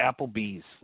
Applebee's